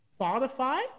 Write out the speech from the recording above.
spotify